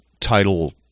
title